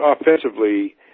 offensively